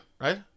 right